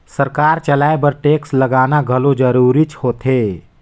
सरकार चलाए बर टेक्स लगाना घलो जरूरीच होथे